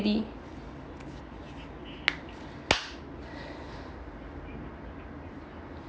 ready